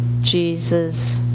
Jesus